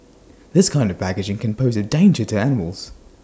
this kind of packaging can pose A danger to animals